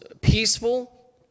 peaceful